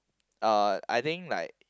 uh I think like